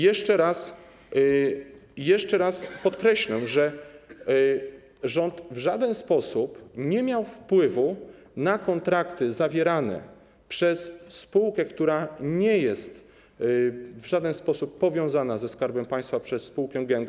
Jeszcze raz podkreślę, że rząd w żaden sposób nie miał wpływu na kontrakty zawierane przez spółkę, która nie jest w żaden sposób powiązana ze Skarbem Państwa, spółkę G.EN.